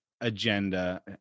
agenda